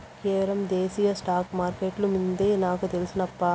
కేవలం దేశీయ స్టాక్స్ మార్కెట్లు మిందే నాకు తెల్సు నప్పా